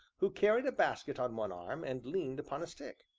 who carried a basket on one arm, and leaned upon a stick.